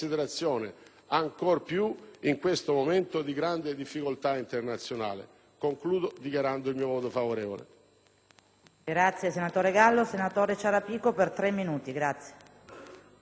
ancor più in questo momento di grande difficoltà internazionale. Concludo dichiarando il mio voto favorevole.